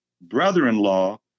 brother-in-law